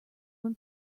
when